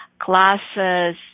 classes